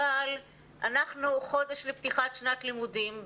אבל אנחנו חודש לפני פתיחת שנת הלימודים,